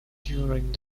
during